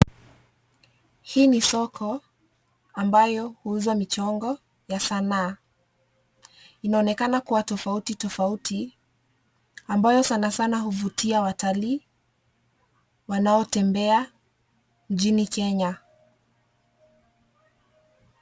Hii ni soko ambayo huuza michongo ya sanaa. Inaonekana kua tofauti tofauti, ambayo sana sana huvutia watalii wanaotembea nchini Kenya.